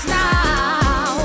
now